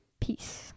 Peace